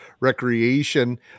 recreation